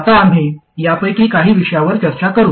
आता आम्ही यापैकी काही विषयांवर चर्चा करू